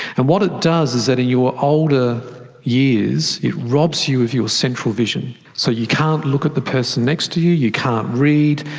and what it does is that in your older years it robs you of your central vision. so you can't look at the person next to you, you can't read.